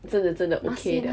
真的真的 okay 的